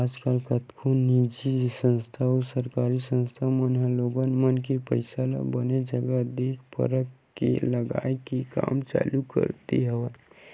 आजकल कतको निजी संस्था अउ सरकारी संस्था मन ह लोगन मन के पइसा ल बने जघा देख परख के लगाए के काम चालू कर दे हवय